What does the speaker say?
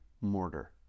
mortar